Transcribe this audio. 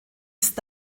ist